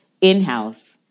in-house